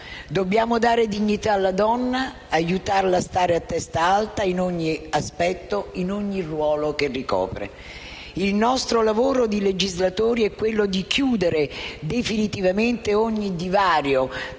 Dobbiamo dare dignità alla donna, aiutarla a stare a testa alta, in ogni ambito e in ogni ruolo che ricopre. Il nostro lavoro di legislatori è chiudere definitivamente ogni divario